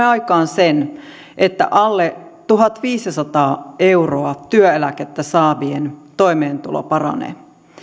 aikaan sen että alle tuhatviisisataa euroa työeläkettä saavien toimeentulo paranee